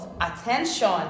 attention